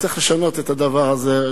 צריך לשנות את הדבר הזה,